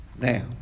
Now